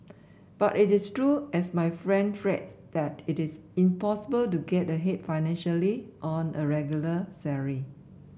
but is it true as my friend frets that it is impossible to get ahead financially on a regular salary